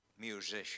musician